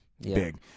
Big